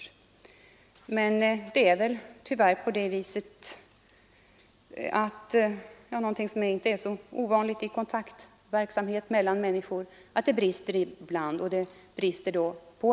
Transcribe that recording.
Men det är tyvärr på det viset — och det är inte så ovanligt i kontaktverksamhet mellan människor — att det brister på ömse håll.